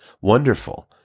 Wonderful